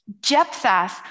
Jephthah